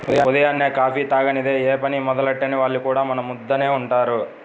ఉదయాన్నే కాఫీ తాగనిదె యే పని మొదలెట్టని వాళ్లు కూడా మన మద్దెనే ఉంటారు